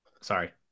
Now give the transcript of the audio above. Sorry